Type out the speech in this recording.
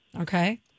okay